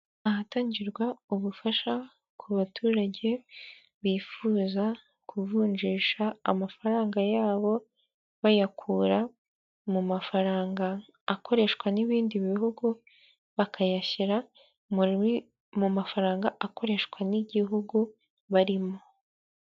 Ahatangirwa ubufasha ku baturage bifuza kuvunjisha amafaranga yabo bayakura mu mafaranga akoreshwa n'ibindi bihugu bakayashyira mu mafaranga akoreshwa n'igihugu barimo.